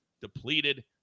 depleted